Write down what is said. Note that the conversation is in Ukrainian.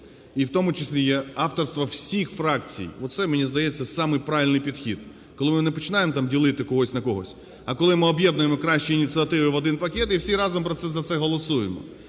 і в тому числі є авторство всіх фракцій. Оце, мені здається, самий правильний підхід, коли ми не починаємо, там, ділити когось на когось, а, коли ми об'єднуємо кращі ініціативи в один пакет і всі разом за це голосуємо.